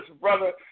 brother